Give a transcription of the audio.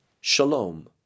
Shalom